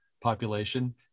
population